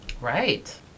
Right